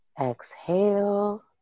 Exhale